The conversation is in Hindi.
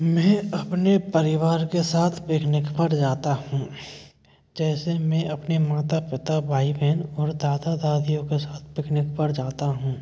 मैं अपने परिवार के साथ पिकनिक पर जाता हूँ जैसे मैं अपने माता पिता भाई बहन और दादा दादियों के साथ पिकनिक पर जाता हूँ